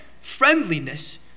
friendliness